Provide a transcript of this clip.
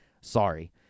sorry